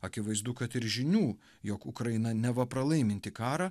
akivaizdu kad ir žinių jog ukraina neva pralaiminti karą